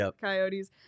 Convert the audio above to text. coyotes